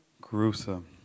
gruesome